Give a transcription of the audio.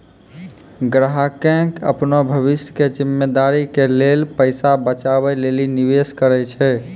ग्राहकें अपनो भविष्य के जिम्मेदारी के लेल पैसा बचाबै लेली निवेश करै छै